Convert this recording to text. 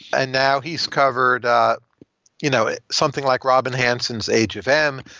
and now, he's covered you know something like robin hansen's age of em,